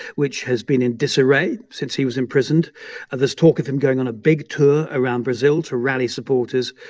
which has been in disarray since he was imprisoned there's talk of him going on a big tour around brazil to rally supporters.